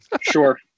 Sure